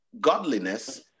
godliness